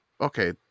okay